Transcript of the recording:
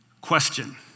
question